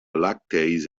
lactase